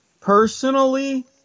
personally